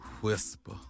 whisper